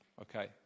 Okay